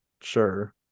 sure